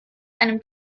einem